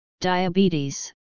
diabetes